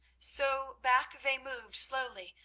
so back they moved slowly,